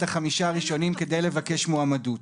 את חמשת הכלבים הראשונים כדי לבקש מועמדות.